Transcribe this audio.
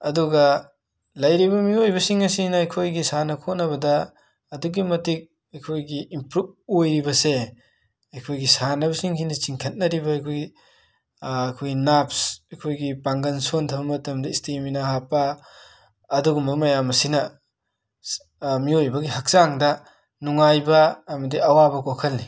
ꯑꯗꯨꯒꯥ ꯂꯩꯔꯤꯕ ꯃꯤꯋꯣꯏꯕꯁꯤꯡ ꯑꯁꯤꯅ ꯑꯈꯣꯏꯒꯤ ꯁꯥꯟꯅ ꯈꯣꯠꯅꯕꯗꯥ ꯑꯗꯨꯛꯀꯤ ꯃꯇꯤꯛ ꯑꯩꯈꯣꯏꯒꯤ ꯏꯝꯄ꯭ꯔꯨꯞ ꯑꯣꯏꯔꯤꯕꯁꯦ ꯑꯩꯈꯣꯏꯒꯤ ꯁꯥꯟꯅꯕꯁꯤꯡꯁꯤꯅ ꯆꯤꯡꯊꯠꯅꯔꯤꯕ ꯑꯩꯈꯣꯏꯒꯤ ꯑꯩꯈꯨꯏ ꯅꯥꯄꯁ ꯑꯩꯈꯣꯏꯒꯤ ꯄꯥꯡꯒꯟ ꯁꯣꯙꯕ ꯃꯇꯝꯗ ꯁ꯭ꯇꯤꯃꯤꯅꯥ ꯍꯥꯞꯄꯥ ꯑꯗꯨꯒꯨꯝꯕ ꯃꯌꯥꯝ ꯑꯁꯤꯅꯥ ꯃꯤꯋꯣꯏꯕꯒꯤ ꯍꯛꯆꯥꯡꯗꯥ ꯅꯨꯡꯉꯥꯏꯕꯥ ꯑꯃꯗꯤ ꯑꯋꯥꯕ ꯀꯣꯈꯜꯂꯤ